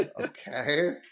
Okay